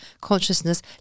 consciousness